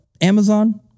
Amazon